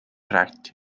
geraakt